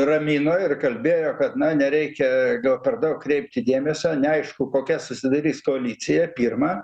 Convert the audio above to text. ramino ir kalbėjo kad na nereikia gal per daug kreipti dėmesio neaišku kokia susidarys koalicija pirma